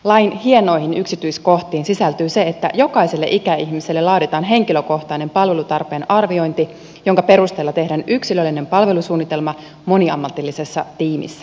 lain hienoihin yksityiskohtiin sisältyy se että jokaiselle ikäihmiselle laaditaan henkilökohtainen palvelutarpeen arviointi jonka perusteella tehdään yksilöllinen palvelusuunnitelma moniammatillisessa tiimissä